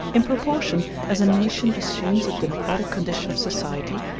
in proportion as a nation assumes a democratic condition of society,